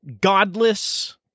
godless